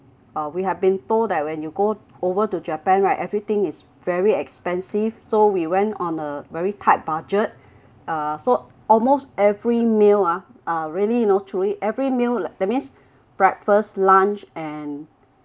uh we have been told that when you go over to japan right everything is very expensive so we went on a very tight budget uh so almost every meal ah are really you know truly every meal that means breakfast lunch and